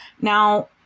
Now